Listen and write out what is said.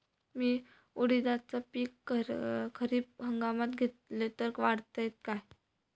मी उडीदाचा पीक खरीप हंगामात घेतलय तर वाढात काय?